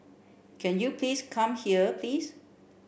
can you please come here please